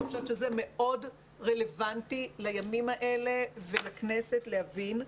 אני חושבת שזה מאוד רלוונטי לימים האלה ולכנסת להבין,